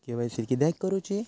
KYC किदयाक करूची?